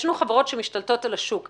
יש חברות שמשתלטות על השוק,